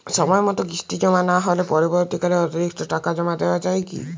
সময় মতো কিস্তি জমা না হলে পরবর্তীকালে অতিরিক্ত টাকা জমা দেওয়া য়ায় কি?